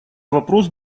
вопрос